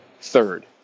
third